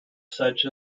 such